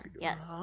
yes